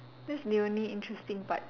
that's the only interesting part